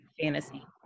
fantasy